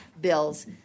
bills